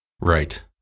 Right